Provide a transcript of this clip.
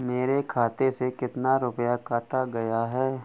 मेरे खाते से कितना रुपया काटा गया है?